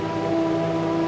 you know